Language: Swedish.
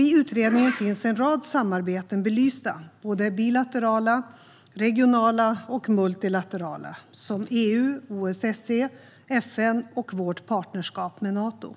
I utredningen finns en rad samarbeten belysta: bilaterala, regionala och multilaterala, såsom EU, OSSE, FN och vårt partnerskap med Nato.